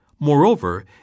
Moreover